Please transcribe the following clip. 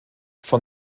von